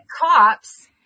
cops